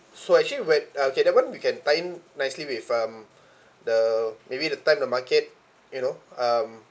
so actually when uh okay that one we can tie in nicely with um the maybe the time the market you know um